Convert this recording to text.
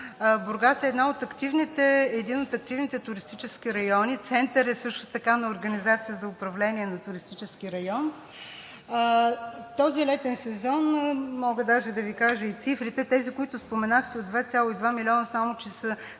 Бургас е един от активните туристически райони. Център е също на Организация за управление на туристически район. Този летен сезон – мога даже да Ви кажа и цифрите – тези, които споменахте от 2,2 милиона, само че са